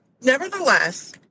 nevertheless